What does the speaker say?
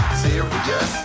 serious